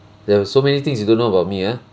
there were so many things you don't know about me ah